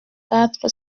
quatre